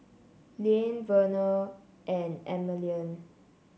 Liane Vernal and Emeline